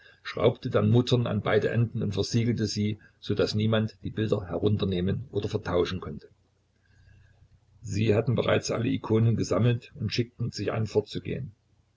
schraubte dann muttern an beide enden und versiegelte diese so daß niemand die bilder herunternehmen oder vertauschen konnte sie hatten bereits alle ikonen gesammelt und schickten sich an fortzugehen